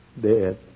dead